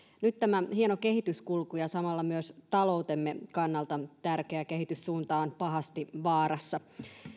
nyt tämä hieno kehityskulku ja samalla myös taloutemme kannalta tärkeä kehityssuunta on pahasti vaarassa